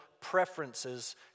preferences